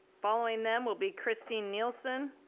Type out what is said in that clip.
following them will be christine nielson,